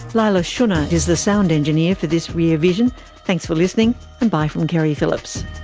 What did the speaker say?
leila shunnar is the sound engineer for this rear vision. thanks for listening and bye from keri phillips